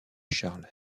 charles